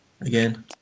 again